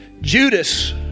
Judas